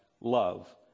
love